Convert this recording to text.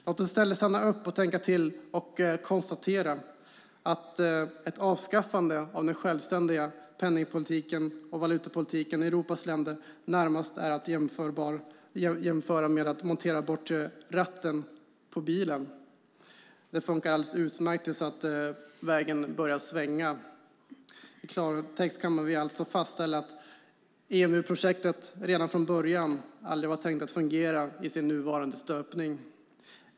Låt oss i stället stanna upp, tänka till och konstatera att ett avskaffande av den självständiga penningpolitiken och valutapolitiken i Europas länder närmast är att jämföra med att montera bort ratten på bilen. Det funkar alldeles utmärkt tills vägen börjar svänga. I klartext kan vi alltså fastställa att EMU-projektet redan från början aldrig var tänkt att fungera i sin nuvarande stöpning.